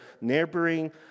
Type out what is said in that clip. neighboring